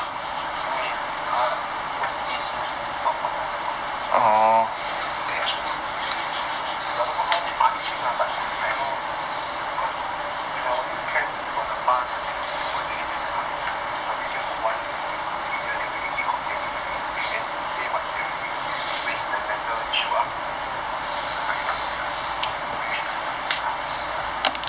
因为他不是第一次 not contactable 所以他们就 take action lor so they I think they I don't know how they punish him lah but I know cause when I was in camp for the past I think two or three days at I really hear got one senior they really keep complaining already waste their time say what they already raised the matter issue up to the higher ability are also not very sure but ya that's what I heard